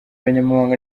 abanyamabanga